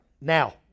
Now